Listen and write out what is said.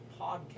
podcast